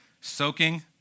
soaking